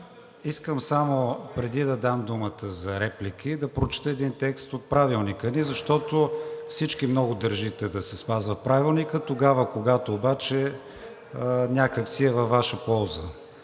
искам само, преди да дам думата за реплики, да прочета един текст от Правилника ни, защото всички много държите да се спазва Правилника тогава, когато обаче някак си е във Ваша полза.